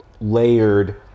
layered